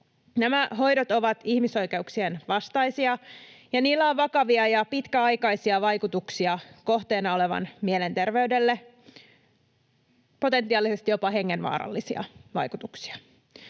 Nämä hoidot ovat ihmisoikeuksien vastaisia, ja niillä on vakavia ja pitkäaikaisia vaikutuksia kohteena olevan mielenterveydelle, potentiaalisesti jopa hengenvaarallisia vaikutuksia.